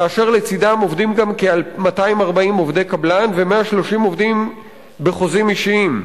כאשר לצדם עובדים גם כ-240 עובדי קבלן ו-130 עובדים בחוזים אישיים.